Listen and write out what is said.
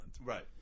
Right